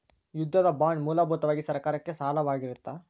ಯುದ್ಧದ ಬಾಂಡ್ ಮೂಲಭೂತವಾಗಿ ಸರ್ಕಾರಕ್ಕೆ ಸಾಲವಾಗಿರತ್ತ